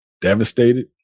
devastated